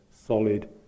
solid